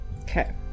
Okay